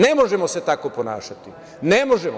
Ne možemo se tako ponašati, ne možemo.